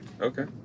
Okay